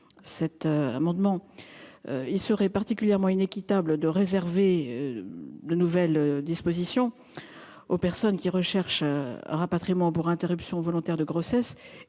cet amendement, mais il serait particulièrement inéquitable de réserver de nouvelles dispositions aux personnes qui recherchent un rapatriement pour interruption volontaire de grossesse